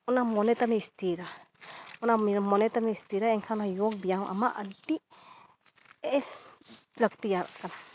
ᱚᱱᱟ ᱢᱚᱱᱮ ᱛᱟᱢᱮ ᱥᱛᱷᱤᱨᱟ ᱚᱱᱟ ᱢᱚᱱᱮ ᱥᱛᱷᱤᱨᱟ ᱮᱱᱠᱷᱟᱱ ᱡᱳᱜᱽ ᱵᱮᱭᱟᱢ ᱟᱢᱟᱜ ᱟᱹᱰᱤ ᱞᱟᱹᱠᱛᱤᱭᱟᱜ ᱠᱟᱱᱟ